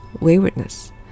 waywardness